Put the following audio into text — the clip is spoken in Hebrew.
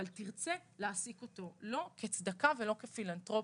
תרצה להעסיק אותו לא כצדקה ולא כפילנתרופיה.